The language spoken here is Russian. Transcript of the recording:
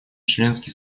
членский